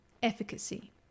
Efficacy